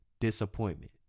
Disappointment